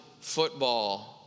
football